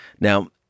Now